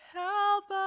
help